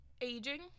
aging